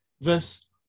Verse